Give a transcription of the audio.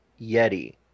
yeti